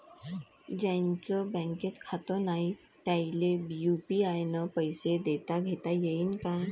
ज्याईचं बँकेत खातं नाय त्याईले बी यू.पी.आय न पैसे देताघेता येईन काय?